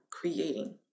creating